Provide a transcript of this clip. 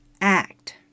act